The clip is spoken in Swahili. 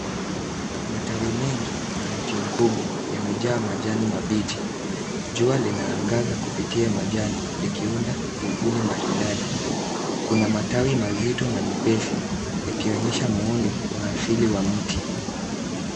Matawi mengi ya mti mkubwa yamejaa majani mabichi. Jua linaangaza kupitia majani likiunda vipuli maridadi. Kuna majani mazito na maepesi yakionyesha muundo wa asili wa mti.